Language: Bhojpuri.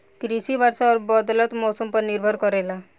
कृषि वर्षा और बदलत मौसम पर निर्भर करेला